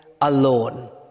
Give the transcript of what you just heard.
alone